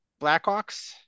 Blackhawks